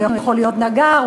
הוא יכול להיות נגר,